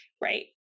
Right